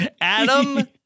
Adam